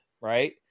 Right